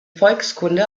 volkskunde